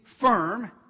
Firm